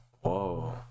Whoa